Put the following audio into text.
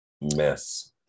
mess